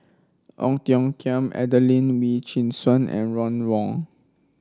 Ong Tiong Khiam Adelene Wee Chin Suan and Ron Wong